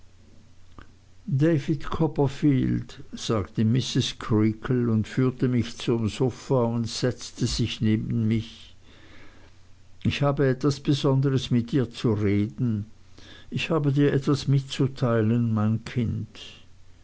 david copperfield sagte mrs creakle und führte mich zum sofa und setzte sich neben mich ich habe etwas besonderes mit dir zu reden ich habe dir etwas mitzuteilen mein kind